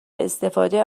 استفاده